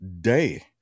day